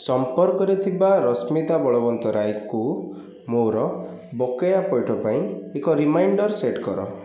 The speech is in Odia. ସମ୍ପର୍କରେ ଥିବା ରଶ୍ମିତା ବଳବନ୍ତରାଏକୁ ମୋର ବକେୟା ପଇଠ ପାଇଁ ଏକ ରିମାଇଣ୍ଡର୍ ସେଟ୍ କର